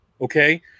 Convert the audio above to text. Okay